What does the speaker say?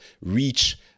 reach